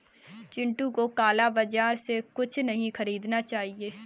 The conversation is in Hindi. चिंटू को काला बाजार से कुछ नहीं खरीदना चाहिए